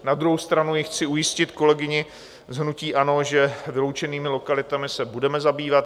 Na druhou stranu chci ujistit kolegyni z hnutí ANO, že vyloučenými lokalitami se budeme zabývat.